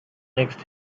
next